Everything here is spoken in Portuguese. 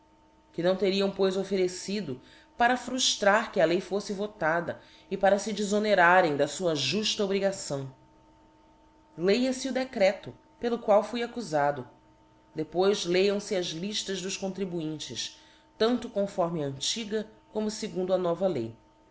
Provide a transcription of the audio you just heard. que não teriam pois offerecido para fruftrar que a lei foíte votada e para fe defonerarem da fua jufta obrigação lêa fe o decreto pelo qual fui accufado depois leiam fe as iiílas dos contribuintes tanto conforme á antiga como fegundo a nova lei